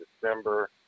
December